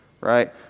right